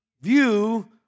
view